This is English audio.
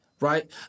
right